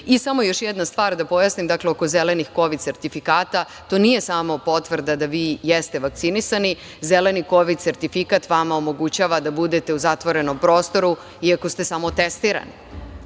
nisu. Samo još jedna stvar, da pojasnim oko zelenih kovid sertifikata. To nije samo potvrda da vi jeste vakcinisani. Zeleni kovid sertifikat vama omogućava da budete u zatvorenom prostoru iako ste samo testirani,